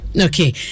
Okay